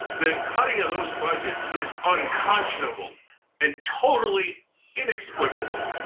the cutting of those budgets is unconscionable and totally inexplicable.